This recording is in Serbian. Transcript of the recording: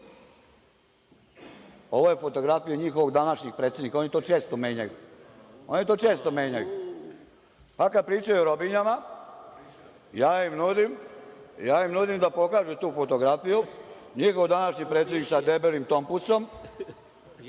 je fotografija njihovog današnjeg predsednika, oni to često menjaju, pa kad pričaju o robinjama, ja im nudim da pokažu tu fotografiju, njihov današnji predsednik sa debelim tompusom,